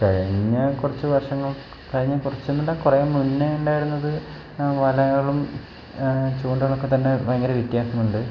കഴിഞ്ഞ കുറച്ചു വർഷങ്ങൾ കഴിഞ്ഞു കുറച്ചു എന്നല്ല കുറേ മുന്നേ ഉണ്ടായിരുന്നത് വലകളും ചൂണ്ടകളൊക്ക തന്നെ ഭയങ്കര വ്യത്യാസമുണ്ട്